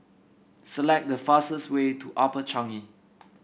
select the fastest way to Upper Changi